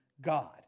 God